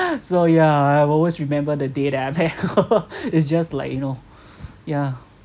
so yeah I will always remember the date that I met her it's just like you know yeah